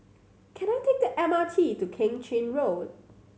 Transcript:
can I take the M R T to Keng Chin Road